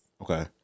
Okay